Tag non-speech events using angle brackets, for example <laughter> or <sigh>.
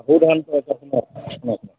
<unintelligible> ধানটো <unintelligible>